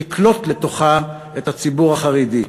תקלוט לתוכה את הציבור החרדי.